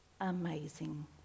amazing